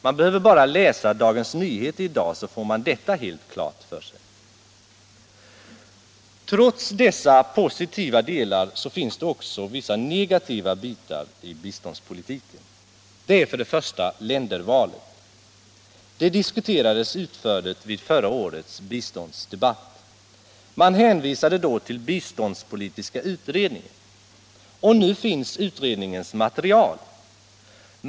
Man behöver bara läsa Dagens Nyheter i dag för att få detta helt klart för sig. Trots dessa positiva delar finns det också vissa negativa bitar i biståndspolitiken. Detta gäller först och främst ländervalet. Det diskuterades utförligt under förra årets biståndsdebatt. Man hänvisade då till biståndspolitiska utredningen. Nu finns utredningens material.